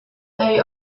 they